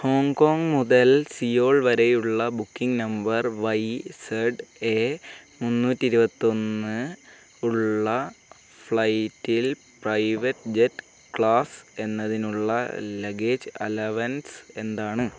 Hong Kong മുതൽ Seoul വരെയുള്ള booking number Y Z A മുന്നൂറ്റി ഇരുപത്തൊന്ന് ഉള്ള ഫ്ലൈറ്റിൽ പ്രൈവറ്റ് ജെറ്റ് ക്ലാസ് എന്നതിനുള്ള ലഗേജ് അലവൻസ് എന്താണ്